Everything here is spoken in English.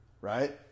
Right